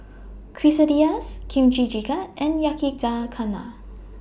Quesadillas Kimchi Jjigae and Yakizakana